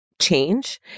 change